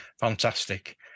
Fantastic